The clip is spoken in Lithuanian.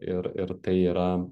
ir ir tai yra